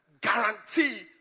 guarantee